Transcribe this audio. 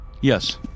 Yes